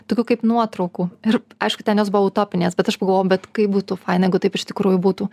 tokių kaip nuotraukų ir aišku ten jos buvo utopinės bet aš pagalvojau bet kaip būtų faina jeigu taip iš tikrųjų būtų